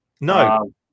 No